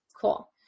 Cool